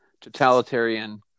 totalitarian